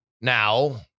Now